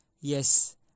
Yes